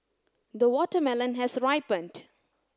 the watermelon has ripened